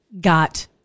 got